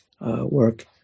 work